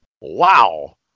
wow